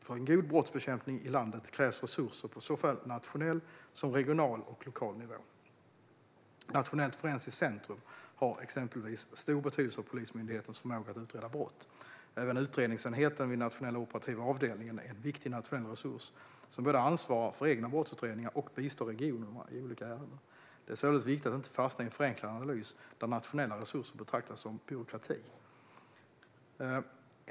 För en god brottsbekämpning i landet krävs resurser på såväl nationell som regional och lokal nivå. Nationellt forensiskt centrum har exempelvis stor betydelse för Polismyndighetens förmåga att utreda brott. Även utredningsenheten vid Nationella operativa avdelningen är en viktig nationell resurs som både ansvarar för egna brottsutredningar och bistår regionerna i olika ärenden. Det är således viktigt att inte fastna i en förenklad analys, där nationella resurser betraktas som "byråkrati".